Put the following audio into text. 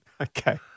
Okay